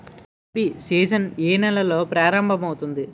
Rabi season ఏ నెలలో ప్రారంభమౌతుంది?